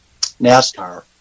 NASCAR